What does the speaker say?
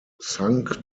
sunk